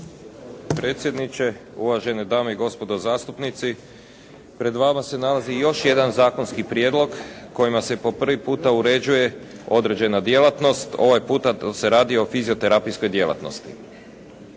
Predsjedniče, uvažene dame i gospodo zastupnici. Pred vama se nalazi još jedan zakonski prijedlog kojima se po prvi puta uređuje određena djelatnost, ovaj puta se radi o fizioterapijskoj djelatnosti.